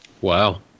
Wow